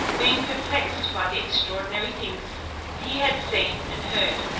being perplexed by the extraordinary things he had seen and heard.